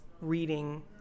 reading